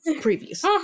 previous